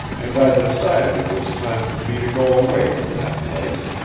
and i decided it was time for me to go away from that place.